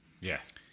Yes